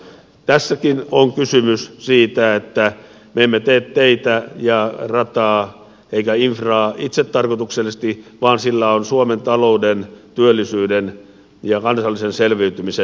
tässäkin on kysymys siitä että me emme tee teitä rataa emmekä infraa itsetarkoituksellisesti vaan sillä on suomen talouden työllisyyden ja kansallisen selviytymisen tehtävä